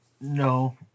No